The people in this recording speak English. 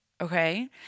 okay